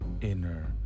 inner